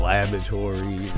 Laboratory